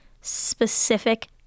specific